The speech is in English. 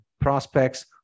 prospects